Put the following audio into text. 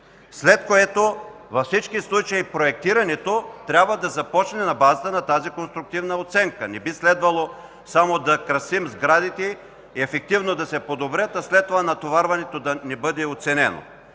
проектирането във всички случаи трябва да започне на базата на тази конструктивна оценка. Не би следвало само да красим сградите, ефективно да се подобрят, а след това натоварването да не бъде оценено.